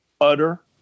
utter